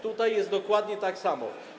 Tutaj jest dokładnie tak samo.